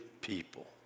people